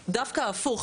המצב דווקא הפוך.